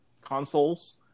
consoles